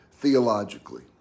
theologically